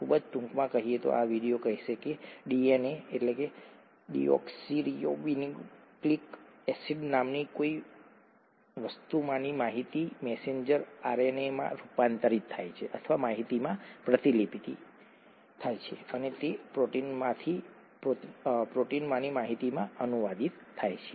ખૂબ જ ટૂંકમાં કહીએ તો આ વિડિઓ કહેશે કે ડીએનએ ડીઓક્સિરિબોન્યુક્લિક એસિડ નામની કોઈ વસ્તુમાંની માહિતી મેસેન્જર આરએનએમાં રૂપાંતરિત થાય છે અથવા માહિતીમાં પ્રતિલિપિ થાય છે અને તે પ્રોટીનમાંની માહિતીમાં અનુવાદિત થાય છે